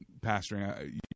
pastoring